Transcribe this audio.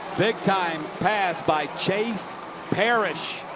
big-time pass by chase parrish.